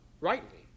rightly